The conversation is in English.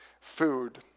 food